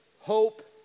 hope